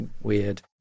weird